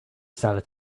seller